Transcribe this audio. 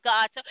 God